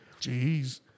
Jeez